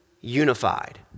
unified